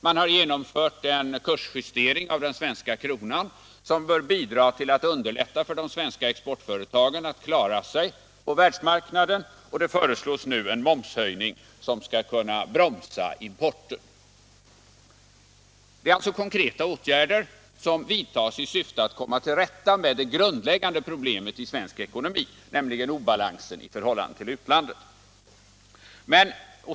Vi har genomfört en kursjustering av den svenska kronan, som bör underlätta för de svenska exportföretagen att klara sig på världsmarknaden, och det föreslås nu en momshöjning som skall kunna bromsa importen. Det är alltså konkreta åtgärder som vidtas i syfte att komma till rätta med det grundläggande problemet i svensk ekonomi, nämligen obalansen i förhållande till utlandet.